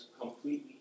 completely